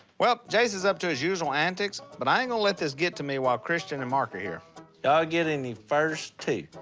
well, jase is up to his usual antics, but i ain't gonna let this get to me while christian and mark are here. y'all getting the first two.